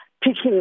picking